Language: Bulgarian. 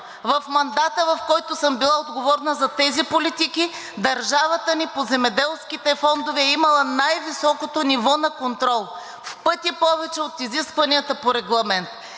В мандата, в който съм била отговорна за тези политики, държавата ни по земеделските фондове е имала най-високо ниво на контрол – в пъти повече от изискванията по Регламент.